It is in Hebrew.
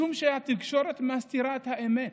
משום שהתקשורת מסתירה את האמת,